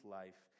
life